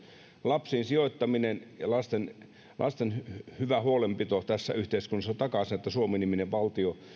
lapsiin sijoittaminen ja lasten hyvä huolenpito tässä yhteiskunnassa takaavat sen että suomi niminen valtio